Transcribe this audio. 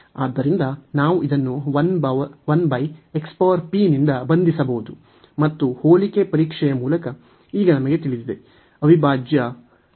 ಆದ್ದರಿಂದ ನಾವು ಇದನ್ನು ನಿಂದ ಬಂಧಿಸಬಹುದು ಮತ್ತು ಹೋಲಿಕೆ ಪರೀಕ್ಷೆಯ ಮೂಲಕ ಈಗ ನಮಗೆ ಅವಿಭಾಜ್ಯ ತಿಳಿದಿದೆ